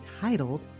titled